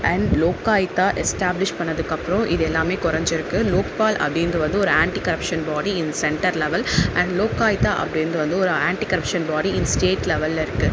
and Lokayukta establish பண்ணிணதுக்கு அப்புறம் இது எல்லாமே குறைஞ்சிருக்கு லோக்பால் அப்படின்டு வந்து ஒரு ஆன்டி கரப்ஷன் பாடி இது சென்டர் லெவல் அண்ட் லோக்காயித்தா அப்படின்றது வந்து ஒரு anti corruption body in state லெவலில் இருக்குது